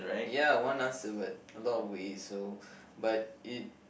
ya one answer but a lot of ways so but it